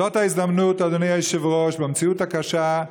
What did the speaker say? זאת ההזדמנות, אדוני היושב-ראש, במציאות הקשה,